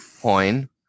point